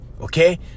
okay